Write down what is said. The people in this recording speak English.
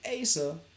Asa